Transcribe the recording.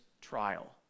trial